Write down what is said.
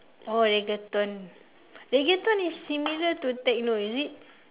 oh reggaeton reggaeton is similar to techno is it